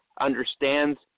understands